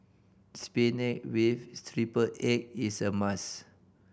spinach with triple egg is a must